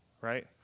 right